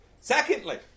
Secondly